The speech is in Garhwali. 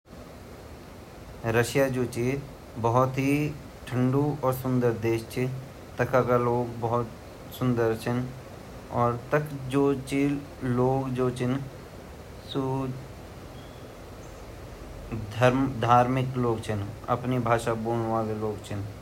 रुसे जू छिन अपरी संस्कृतिते भोत मन्यु जांद वखा जु प्रधानमंत्री अर राष्ट्रपति वोन्दा उ भी बोत टॉपा रन अपा जु जनता ची वेटे इति टॉप मा रखन वखे जु औरत रनदी भोत सुन्दर भोत लम्बी चौड़ी सुन्दर उँगु जु पहनावा वोन्दू सर बाटिन पाओ तक योक तिनका नि दिखन अर दुनिया मा सबसे सुन्दर वखि लोगू ते मानी जांदू।